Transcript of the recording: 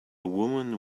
woman